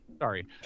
Sorry